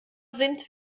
sind